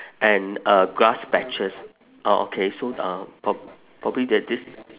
and uh grass patches orh okay so uh prob~ probably that this